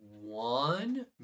one